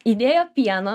įdėjo pieno